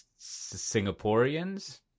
Singaporeans